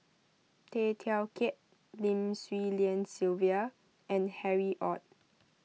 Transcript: Tay Teow Kiat Lim Swee Lian Sylvia and Harry Ord